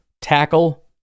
tackle